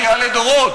דחייה לדורות,